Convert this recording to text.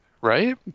Right